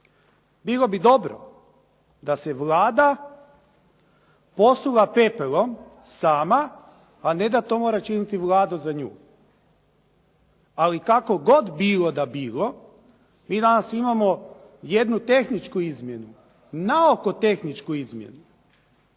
Bilo bi dobro da se Vlada posula pepelom sama, a ne da to mora činiti Vlado za nju. Ali kako god bilo da bilo, mi danas imamo jednu tehničku izmjenu, naoko tehničku izmjenu.